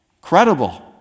Credible